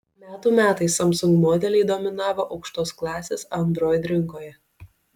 metų metais samsung modeliai dominavo aukštos klasės android rinkoje